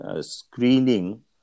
screening